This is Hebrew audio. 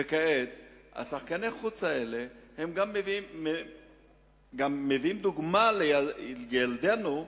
שחקני-החוץ האלה גם מביאים דוגמה לילדינו,